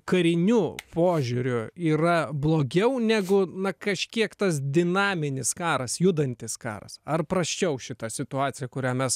kariniu požiūriu yra blogiau negu na kažkiek tas dinaminis karas judantis karas ar prasčiau šita situacija kurią mes